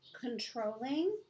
controlling